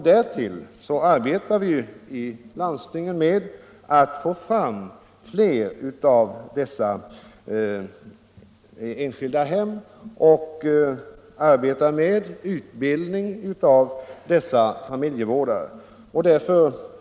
Därtill arbetar vi i landstingen för att få fram fler enskilda hem för familjevård, och vi utbildar också dessa familjevårdare.